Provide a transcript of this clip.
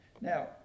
Now